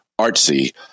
artsy